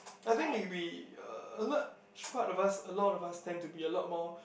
I think we we uh a large part of us a lot of us tend to be a lot more